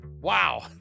Wow